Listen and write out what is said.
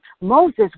Moses